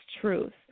truth